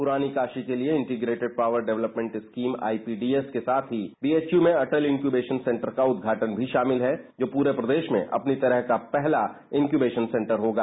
पुरानी काशी के लिए integrated power development scheme I P D S के साथ बी एच यू में अटल एक्यूबेसन सेन्टर का उद्घाटन भी शामिल है जो पूरे प्रदेश में अपनी तरह का पहला एक्यूबेसन सेन्टर होगा